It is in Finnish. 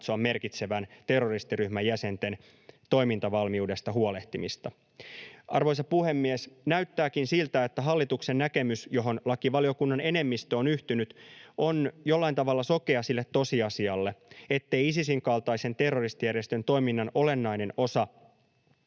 merkitsevän terroristiryhmän jäsenten toimintavalmiudesta huolehtimista”. Arvoisa puhemies! Näyttääkin siltä, että hallituksen näkemys, johon lakivaliokunnan enemmistö on yhtynyt, on jollain tavalla sokea sille tosiasialle, että Isisin kaltaisen terroristijärjestön toiminnan olennainen osa